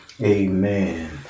Amen